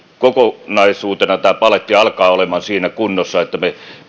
kokonaisuutena tämä paletti alkaa olemaan siinä kunnossa että me me